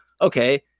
okay